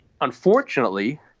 unfortunately